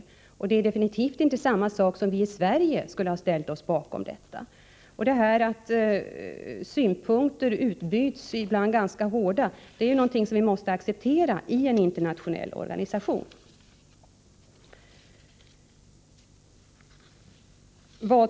Och det betyder definitivt inte att vi i Sverige har ställt oss bakom dem. Att synpunkter utbytts och att de ibland är ganska skarpt formulerade är någonting som vi måste acceptera i en internationell organisation.